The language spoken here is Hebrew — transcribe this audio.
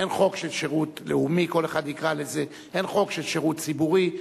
אין חוק של שירות לאומי, אין חוק של שירות ציבורי,